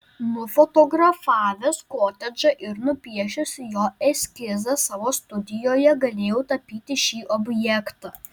nufotografavęs kotedžą ir nupiešęs jo eskizą savo studijoje galėjau tapyti šį objektą